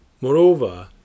Moreover